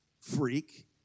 freak